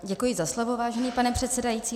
Děkuji za slovo, vážený pane předsedající.